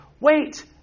wait